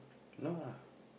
no lah